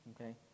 Okay